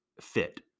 fit